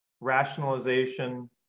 rationalization